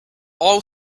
all